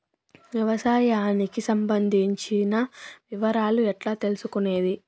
వ్యవసాయానికి సంబంధించిన వివరాలు ఎట్లా తెలుసుకొనేది?